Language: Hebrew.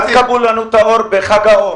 אל תכבו לנו את האור בחג האור.